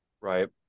Right